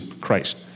Christ